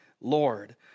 Lord